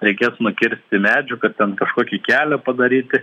reikės nukirsti medžių kad ten kažkokį kelią padaryti